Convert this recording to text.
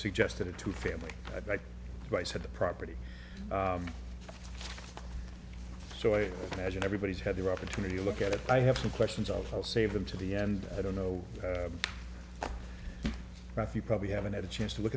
suggested it to family but i said the property so i imagine everybody had the opportunity to look at it i have two questions of i'll save them to the end i don't know about you probably haven't had a chance to look